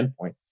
endpoint